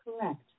correct